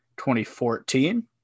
2014